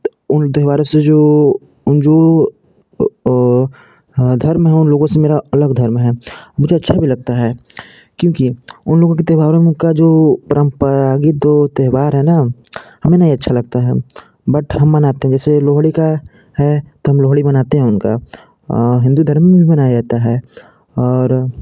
उन त्यौहारों से जो उन जो हाँ धर्म है उन लोगों से मेरा अलग अलग धर्म है मुझे अच्छा भी लगता है क्योंकि उन लोगों के त्यौहारों का जो परमपरागत वो त्यौहार है ना हमें नहीं अच्छा लगता है बट हम मनाते हैं जैसे लोहड़ी का है तो हम लोहड़ी मनाते हैं उनका हिन्दू धर्म में भी मनाया जाता है और